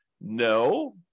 No